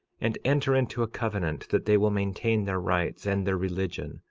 and enter into a covenant that they will maintain their rights, and their religion,